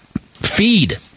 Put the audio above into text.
feed